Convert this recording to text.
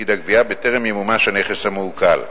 עם פקיד הגבייה בטרם ימומש הנכס המעוקל.